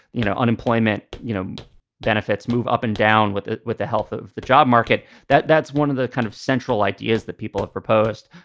you know, unemployment you know benefits move up and down with it, with the of the job market, that that's one of the kind of central ideas that people have proposed.